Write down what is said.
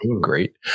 great